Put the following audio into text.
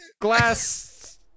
glass